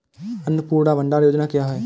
अन्नपूर्णा भंडार योजना क्या है?